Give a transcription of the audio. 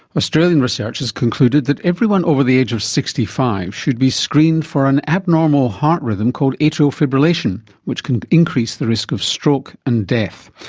australian research has concluded that everyone over the age of sixty five should be screened for an abnormal heart rhythm called atrial fibrillation, which can increase the risk of stroke and death.